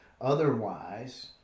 Otherwise